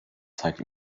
zeigte